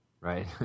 Right